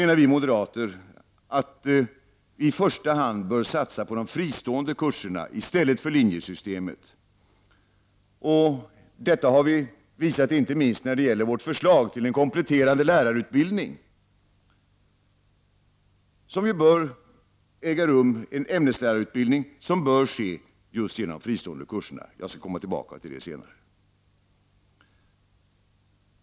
Vi moderater vill i princip i första hand satsa på de fristående kurserna i stället för på linjesystemet. Detta har vi visat inte minst genom vårt förslag till en kompletterande lärarutbildning, som bör genomföras just genom fristående kurser. Jag skall komma tillbaka till detta senare.